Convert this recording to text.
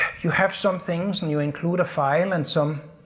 you have some things and you include a file and some.